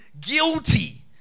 guilty